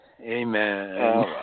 Amen